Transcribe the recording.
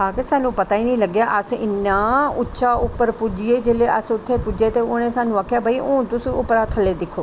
आक्खदे स्हानू पता ही नेईं लग्गेआ असें इन्ना उच्चा उप्पर पुज्जी गे जिसले अस उत्थे पुज्जे ते उनें स्हानू आखेआ भाई हून तुस उप्परा थल्ले दिक्खो